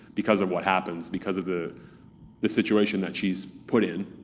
because of what happens, because of the the situation that she's put in,